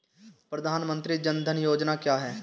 प्रधानमंत्री जन धन योजना क्या है?